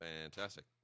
Fantastic